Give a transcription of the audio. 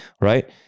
Right